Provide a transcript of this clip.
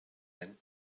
him